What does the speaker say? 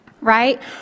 right